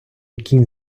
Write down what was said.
кінь